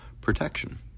protection